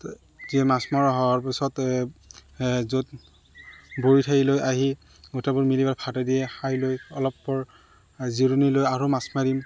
মাছ মাৰা হোৱাৰ পিছত য'ত ভাতে দিয়ে খাই লৈ অলপপৰ জিৰণি লৈ আৰু মাছ মাৰিম